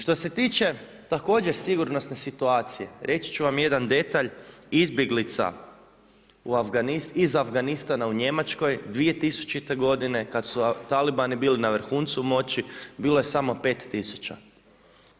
Što se tiče također sigurnosne situacije, reći ću vam jedan detalj, izbjeglica iz Afganistana u Njemačkoj 2000. godine kada su talibani bili na vrhuncu moći bilo je samo 5 tisuća.